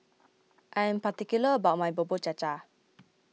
I am particular about my Bubur Cha Cha